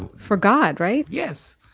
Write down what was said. for god, right? yes.